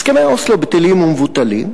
הסכמי אוסלו בטלים ומבוטלים.